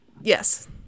Yes